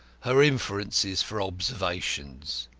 her inferences for observations.